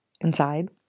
inside